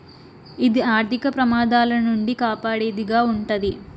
ఇది ఆర్థిక ప్రమాదాల నుండి కాపాడేది గా ఉంటది